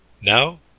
Now